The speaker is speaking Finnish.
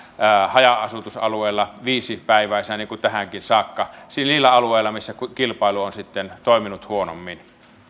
haja asutusalueilla viisipäiväisenä niin kuin tähänkin saakka niillä alueilla missä kilpailu on toiminut huonommin